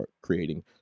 creating